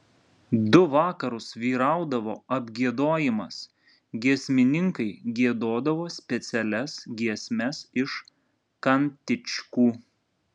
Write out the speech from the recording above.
du vakarus vyraudavo apgiedojimas giesmininkai giedodavo specialias giesmes iš kantičkų